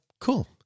cool